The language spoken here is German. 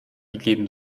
gegeben